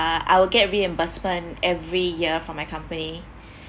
uh I will get reimbursement every year for my company